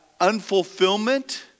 unfulfillment